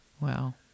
Wow